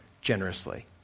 generously